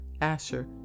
Asher